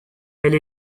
elle